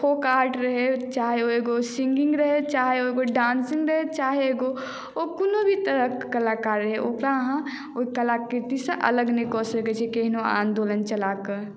folk art रहै चाहे ओ एगो सिङ्गिङ्ग रहै चाहे ओ एगो डांसिङ्ग रहै चाहे एगो ओ कोनो भी तरहक कलाकार रहै ओकरा अहाँ ओ कलाकृतिसँ अलग नहि कऽ सकैत छी केहनो आन्दोलन चला कऽ